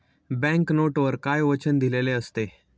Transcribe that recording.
Bank नोटवर काय वचन दिलेले असते?